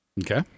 Okay